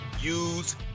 use